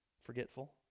forgetful